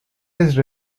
his